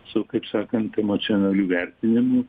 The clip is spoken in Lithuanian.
su kaip sakant emocionaliu vertinimu